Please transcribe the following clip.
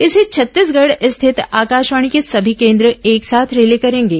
इसे छत्तीसगढ़ स्थित आकाशवाणी के सभी केन्द्र एक साथ रिले करेंगे